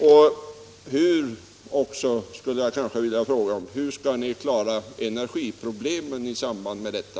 I det sammanhanget skulle jag vilja ställa ännu en fråga: Hur skall ni lösa energiproblemen i samband med detta?